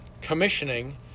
commissioning